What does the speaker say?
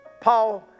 Paul